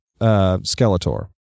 Skeletor